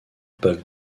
peuvent